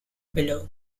below